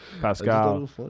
Pascal